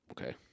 Okay